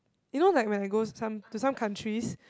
you know like when I go some to some countries